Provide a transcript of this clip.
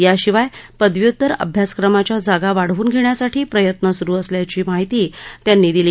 याशिवाय पदव्युत्तर अभ्यासक्रमाच्या जागा वाढवून घेण्यासाठी प्रयत्न सुरू असल्याचीही माहिती त्यांनी दिली